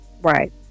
right